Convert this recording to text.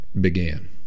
began